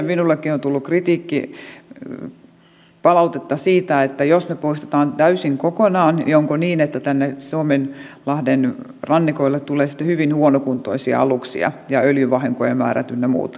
minullekin on tullut palautetta siitä että jos ne poistetaan täysin kokonaan niin onko niin että tänne suomenlahden rannikoille tulee sitten hyvin huonokuntoisia aluksia ja öljyvahinkojen määrät ynnä muut lisääntyvät